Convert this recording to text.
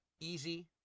easy